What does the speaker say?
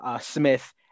Smith